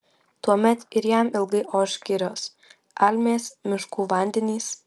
tuomet ir jam ilgai oš girios almės miškų vandenys